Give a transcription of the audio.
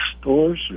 stores